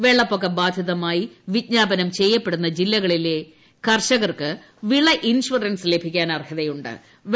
വെള്ളപ്പൊക്ക ബാധിതമായി വിജ്ഞാപനം ചെയ്യപ്പെടുന്ന ജില്ലകളിലെ കർഷകർക്ക് വിള ഇൻഷൂറൻസ് ലഭിക്കാൻ അർഹതയു ്്